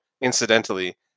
incidentally